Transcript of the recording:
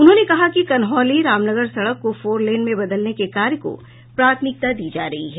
उन्होंने कहा कि कन्हौली रामनगर सड़क को फोर लेन में बदलने के कार्य को प्राथमिकता दी जा रही है